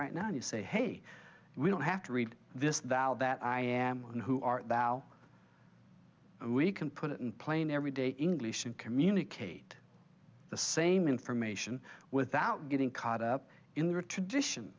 right now and you say hey we don't have to read this valve that i am one who art thou we can put it in plain everyday english and communicate the same information without getting caught up in the tradition